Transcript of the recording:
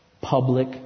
public